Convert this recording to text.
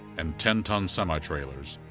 and ten-ton semi-trailers.